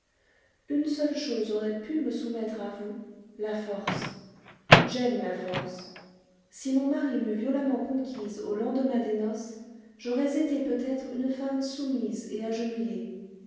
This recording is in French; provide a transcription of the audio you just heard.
une seule chose aurait pu me soumettre à vous la force j'aime la force si mon mari m'eût violemment conquise au lendemain des noces j'aurais été peut-être une femme soumise et agenouillée